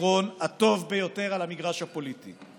התיאטרון הטוב ביותר על המגרש הפוליטי.